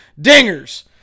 dingers